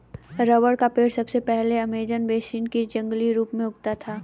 rubber का पेड़ सबसे पहले अमेज़न बेसिन में जंगली रूप से उगता था